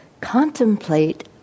Contemplate